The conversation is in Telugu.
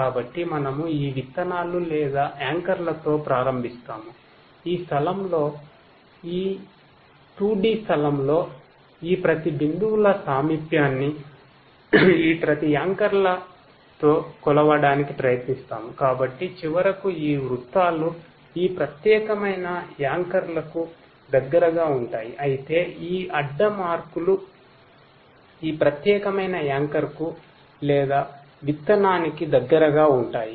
కాబట్టి మనము ఈ విత్తనాలు లేదా యాంకర్ల కు లేదా విత్తనానికి దగ్గరగా ఉంటాయి